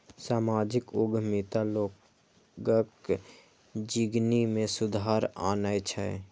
सामाजिक उद्यमिता लोगक जिनगी मे सुधार आनै छै